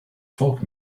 folk